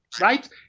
Right